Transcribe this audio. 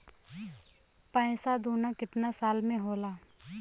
पैसा दूना कितना साल मे होला?